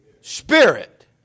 spirit